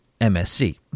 MSC